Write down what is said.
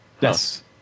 Yes